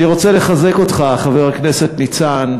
אני רוצה לחזק אותך, חבר הכנסת ניצן.